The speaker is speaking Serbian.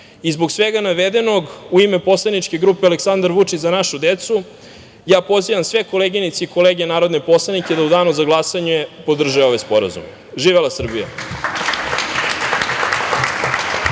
svega navedenog, u ime poslaničke grupe Aleksandar Vučić – Za našu decu, pozivam sve koleginice i kolege narodne poslanike da u danu za glasanje podrže ovaj sporazum. Živela Srbija.